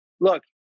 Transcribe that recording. Look